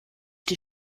die